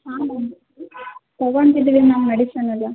ಹಾಂ ಮ್ಯಾಮ್ ತಗೊಳ್ತಿದೀವಿ ma'am medicine ಎಲ್ಲ